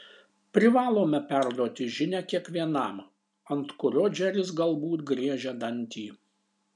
privalome perduoti žinią kiekvienam ant kurio džeris galbūt griežia dantį